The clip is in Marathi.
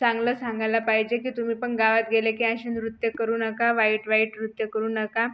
चांगलं सांगायला पाहिजे की तुम्ही पण गावात गेले की अशी नृत्य करू नका वाईट वाईट नृत्य करू नका